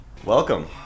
Welcome